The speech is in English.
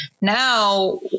now